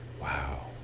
wow